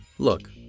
Look